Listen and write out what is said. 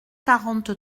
quarante